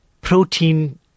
protein